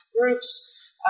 groups